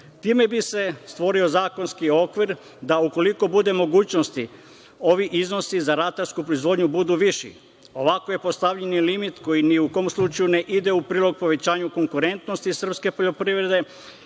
Time bi se stvorio zakonski okvir da ukoliko bude mogućnosti ovi iznosi za ratarsku proizvodnju budu viši. Ovako je postavljen limit koji ni u kom slučaju ne ide u prilog povećanju konkurentnosti srpske poljoprivrede